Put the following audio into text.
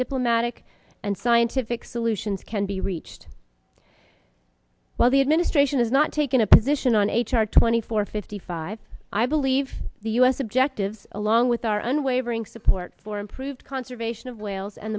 diplomatic and scientific solutions can be reached while the administration has not taken a position on h r twenty four fifty five i believe the us objectives along with our unwavering support for improved conservation of whales and